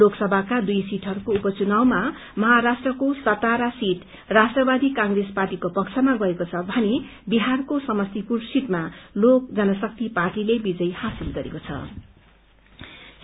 लोकसभाका दुई सीटहरूको उप चुनामा महाराष्ट्रको सतारा सीट राष्ट्रवादी कांग्रेस पार्टीको पक्षमा गएको छ भने विहारको समस्तीपुर सीटमा लोक जनशक्ति पार्टीले विजय हासिल गरेको छ